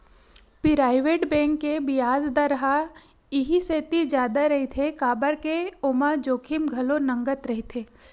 private bank के बियाज दर ह इहि सेती जादा रहिथे काबर के ओमा जोखिम घलो नँगत रहिथे